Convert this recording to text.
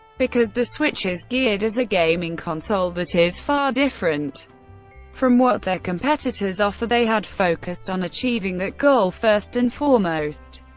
because the switch is geared as a gaming console that is far different from what their competitors offer, they had focused on achieving that goal first and foremost,